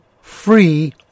free